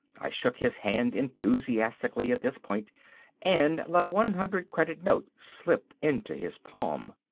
i shook his hand enthusiastically at this point and let a one hundred credit note slip into his palm.